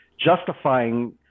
justifying